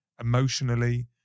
emotionally